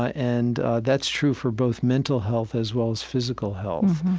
ah and that's true for both mental health as well as physical health.